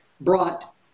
brought